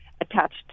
attached